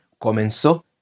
comenzó